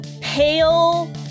pale